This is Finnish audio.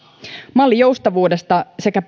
mallin joustavuudesta sekä